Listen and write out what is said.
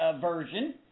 version